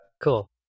Cool